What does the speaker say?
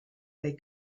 they